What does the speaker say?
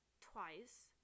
twice